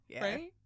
Right